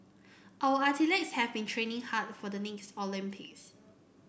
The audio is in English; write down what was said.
our athletes have been training hard for the next Olympics